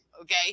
Okay